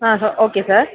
ஆ ஹோ okay sir